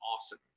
awesome